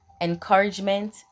encouragement